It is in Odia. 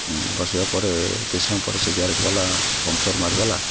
ବସିବା ପରେ କିଛି ସମୟ ପରେ ସେ ଗ୍ୟାରେଜ୍ବାଲା ପନ୍ଚର୍ ମାରିଦେଲା